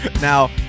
Now